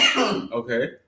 Okay